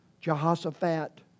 Jehoshaphat